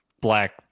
black